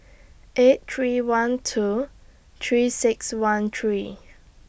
eight three one two three six one three